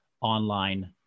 online